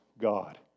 God